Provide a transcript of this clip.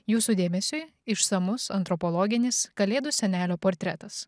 jūsų dėmesiui išsamus antropologinis kalėdų senelio portretas